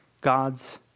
God's